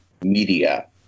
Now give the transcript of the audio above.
media